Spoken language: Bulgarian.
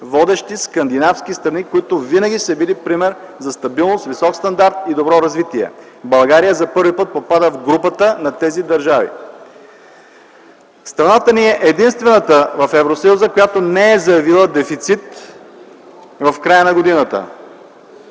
водещи скандинавски страни, които винаги са били пример на стабилност, висок стандарт и добро развитие. България за първи път попада в групата на тези държави. Страната ни е единствената в Евросъюза, която не е заявила дефицит в края на годината.